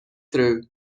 through